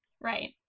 right